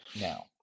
Now